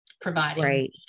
providing